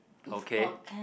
okay